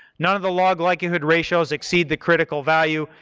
none of the log likelihood ratios exceed the critical value,